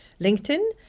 LinkedIn